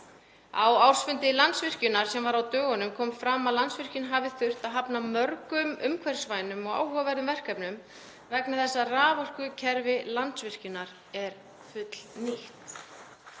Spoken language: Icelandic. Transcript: Á ársfundi Landsvirkjunar á dögunum kom fram að Landsvirkjun hafi þurft að hafna mörgum umhverfisvænum og áhugaverðum verkefnum vegna þess að raforkukerfi Landsvirkjunar er fullnýtt.